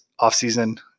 offseason